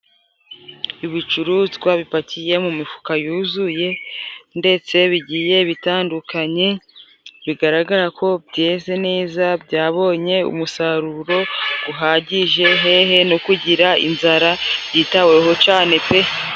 Ibicuruzwa bipakiye mu mifuka yuzuye, ndetse bigiye bitandukanye bigaragara ko byeze neza byabonye umusaruro guhagije, hehe no kugira inzara byitaweho cane pe.